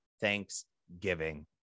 thanksgiving